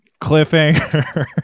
Cliffhanger